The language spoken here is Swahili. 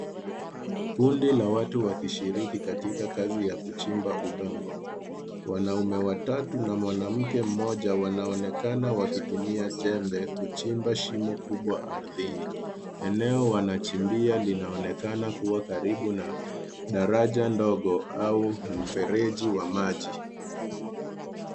Kundi la watu wakishiriki katika kazi ya kuchimba udongo. Wanaume watatu na mwanamke mmoja wanaonekana wakitumia jembe kuchimba shimo kubwa ardhini. Eneo wanachimbia linaonekana kuwa karibu na daraja ndogo au mfereji wa maji.